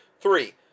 Three